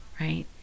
right